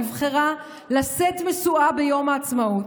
נבחרה להשיא משואה ביום העצמאות.